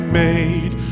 made